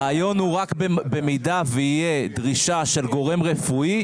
הרעיון הוא רק במידה ותהיה דרישה של גורם רפואי,